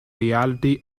reality